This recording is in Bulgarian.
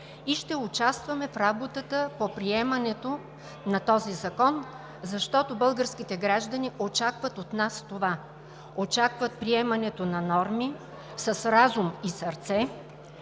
и ще участваме в работата по приемането на този закон, защото българските граждани очакват от нас това – очакват приемането на норми, с разум и сърце,